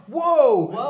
Whoa